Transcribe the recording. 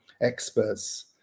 experts